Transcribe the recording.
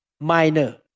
minor